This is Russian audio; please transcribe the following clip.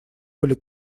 были